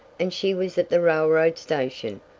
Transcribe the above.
and she was at the railroad station,